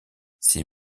ces